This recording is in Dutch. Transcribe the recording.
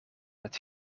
met